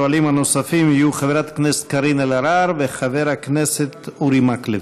השואלים הנוספים יהיו חברת הכנסת קארין אלהרר וחבר הכנסת אורי מקלב.